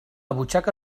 butxaca